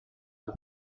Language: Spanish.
los